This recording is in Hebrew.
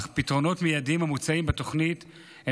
אך הפתרונות המיידיים המוצעים בתוכנית הם